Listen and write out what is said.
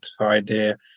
idea